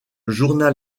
journal